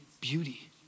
beauty